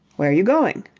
where you going?